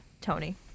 Tony